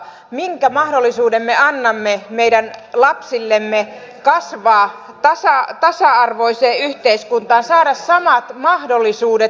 minkä mahdollisuuden me annamme meidän lapsillemme kasvaa tasa arvoiseen yhteiskuntaan kaikille saada samat mahdollisuudet